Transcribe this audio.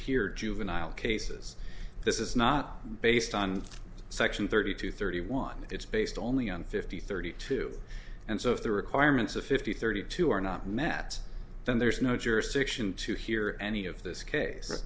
hear juvenile cases this is not based on section thirty two thirty one it's based only on fifty thirty two and so if the requirements of fifty thirty two are not met then there's no jurisdiction to hear any of this case